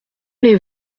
les